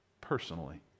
personally